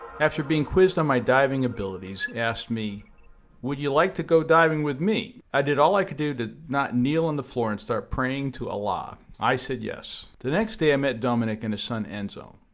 after being quizzed on my diving abilities asked me would you like to go diving with me? i did all i could do to not kneel on the floor and start praying to allah. i said yes. the next day i met dominique and his son enzo.